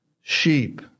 sheep